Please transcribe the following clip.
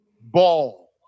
Ball